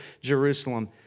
Jerusalem